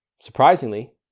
Surprisingly